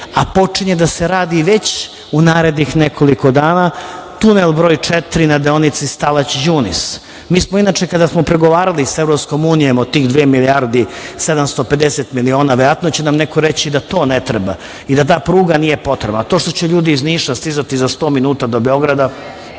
a počinje da se radi i već u narednih nekoliko dana tunel broj 4 na deonici Stalać - Đunis. Inače, kada smo pregovarali sa EU o te 2.750.000.000, verovatno će nam neko reći da to ne treba i da ta pruga nije potrebna, a to što će ljudi iz Niša stizati za 100 minuta do Beograda,